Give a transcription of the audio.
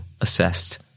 assessed